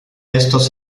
estos